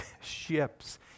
ships